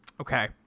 okay